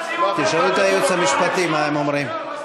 תשאלו את הייעוץ המשפטי מה הם אומרים.